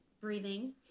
Breathing